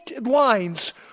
lines